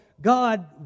God